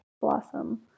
Blossom